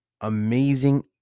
amazing